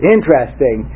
Interesting